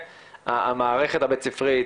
המערכת הבית ספרית,